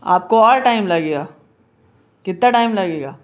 आपको और टाइम लगेगा कितना टाइम लगेगा